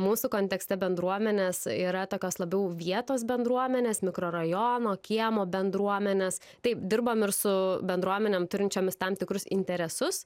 mūsų kontekste bendruomenės yra tokios labiau vietos bendruomenės mikrorajono kiemo bendruomenės taip dirbam ir su bendruomenėm turinčiomis tam tikrus interesus